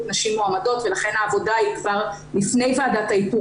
נשים מועמדות ולכן העבודה היא כבר לפני ועדת האיתור